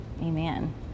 Amen